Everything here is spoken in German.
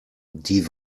die